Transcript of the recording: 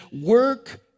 work